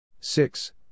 six